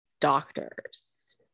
doctors